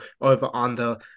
over-under